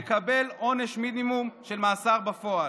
יקבל עונש מינימום של מאסר בפועל.